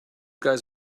guys